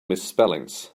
misspellings